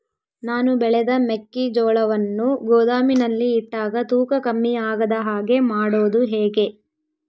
ನಾನು ಬೆಳೆದ ಮೆಕ್ಕಿಜೋಳವನ್ನು ಗೋದಾಮಿನಲ್ಲಿ ಇಟ್ಟಾಗ ತೂಕ ಕಮ್ಮಿ ಆಗದ ಹಾಗೆ ಮಾಡೋದು ಹೇಗೆ?